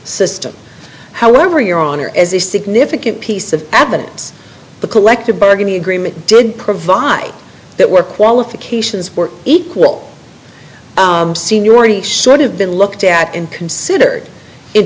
system however your honor as a significant piece of evidence the collective bargaining agreement did provide that were qualifications for equal seniority should have been looked at and consider in